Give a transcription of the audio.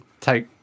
take